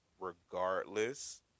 regardless